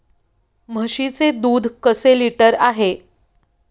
म्हशीचे दूध कसे लिटर आहे?